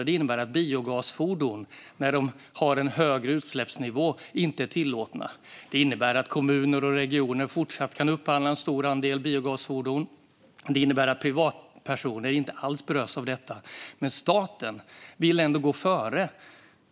Det innebär att biogasfordon, när de har en högre utsläppsnivå, inte är tillåtna. Det innebär att kommuner och regioner kan fortsätta att upphandla en stor andel biogasfordon. Och det innebär att privatpersoner inte alls berörs av detta. Men staten vill gå före.